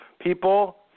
people